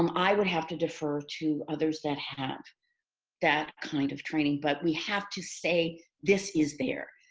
um i would have to defer to others that have that kind of training. but we have to say this is there.